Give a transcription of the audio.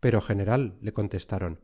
pero general le contestaron